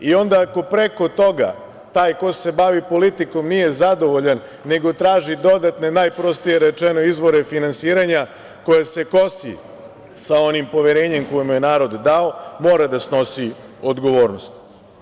I onda, ako preko toga, taj ko se bavi politikom, nije zadovoljan, nego traži dodatne najprostije rečeno izvore finansiranja, koje se kosi sa onim poverenjem koji mu je narod dao mora da snosi odgovornost.